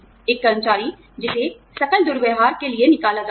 एक कर्मचारी जिसे सकल दुर्व्यवहार के लिए निकाला जाता है